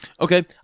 Okay